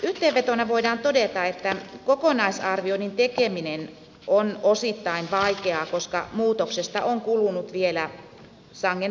yhteenvetona voidaan todeta että kokonaisarvioinnin tekeminen on osittain vaikeaa koska muutoksesta on kulunut vielä sangen vähän aikaa